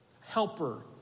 Helper